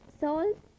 salt